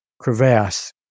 crevasse